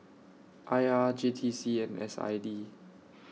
I R J T C and S I D